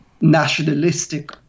nationalistic